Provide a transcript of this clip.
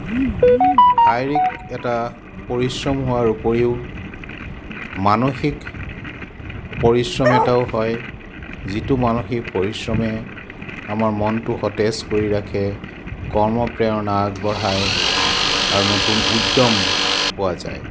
শাৰীৰিক এটা পৰিশ্ৰম হোৱাৰ উপৰিও মানসিক পৰিশ্ৰম এটাও হয় যিটো মানসিক পৰিশ্ৰমে আমাৰ মনটো সতেজ কৰি ৰাখে কৰ্ম প্ৰেৰণা আগবঢ়ায় আৰু নতুন উদ্যম পোৱা যায়